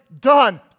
Done